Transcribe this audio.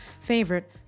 favorite